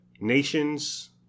Nations